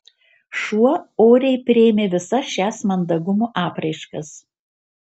šuo oriai priėmė visas šias mandagumo apraiškas